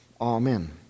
Amen